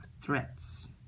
threats